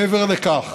מעבר לכך